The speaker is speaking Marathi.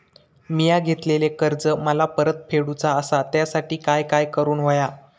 मिया घेतलेले कर्ज मला परत फेडूचा असा त्यासाठी काय काय करून होया?